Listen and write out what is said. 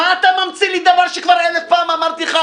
מה אתה ממציא לי דבר שכבר אלף פעם אמרתי לך,